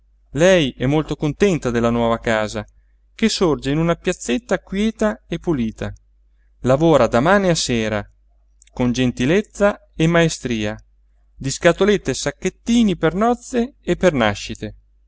lei è molto contenta della nuova casa che sorge in una piazzetta quieta e pulita lavora da mane a sera con gentilezza e maestria di scatolette e sacchettini per nozze e per nascite